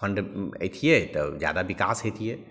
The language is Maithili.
फण्ड अएतिए तऽ जादा विकास हेतिए